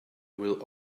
will